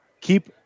Keep